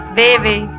baby